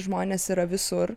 žmonės yra visur